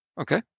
Okay